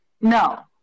No